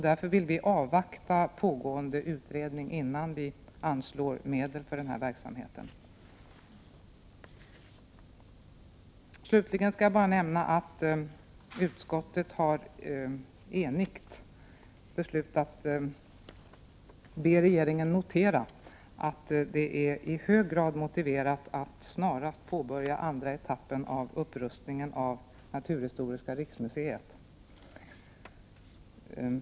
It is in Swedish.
Därför vill vi avvakta pågående utredning innan vi anslår medel för den här verksamheten. Slutligen skall jag bara nämna att utskottet i enighet har beslutat att be regeringen notera att det är i hög grad motiverat att snarast påbörja andra etappen av upprustningen av naturhistoriska riksmuseet.